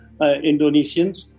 Indonesians